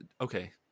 okay